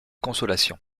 consolation